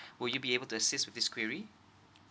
would you be able to assist with this query